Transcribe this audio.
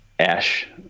Ash